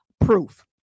proof